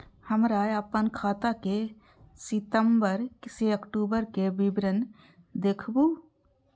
हमरा अपन खाता के सितम्बर से अक्टूबर के विवरण देखबु?